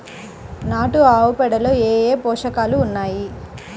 నాటు ఆవుపేడలో ఏ ఏ పోషకాలు ఉన్నాయి?